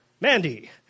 Mandy